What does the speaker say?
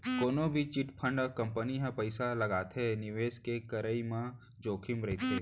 कोनो भी chit fund company म पइसा लगाके निवेस के करई म जोखिम रहिथे